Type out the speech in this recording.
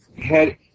head